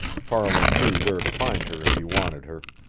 farland knew where to find her if he wanted her,